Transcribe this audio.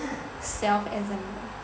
self assemble